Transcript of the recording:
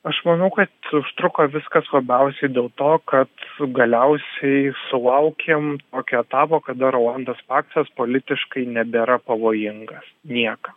aš manau kad užtruko viskas labiausiai dėl to kad galiausiai sulaukėm tokio etapo kada rolandas paksas politiškai nebėra pavojingas niekam